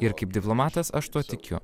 ir kaip diplomatas aš tuo tikiu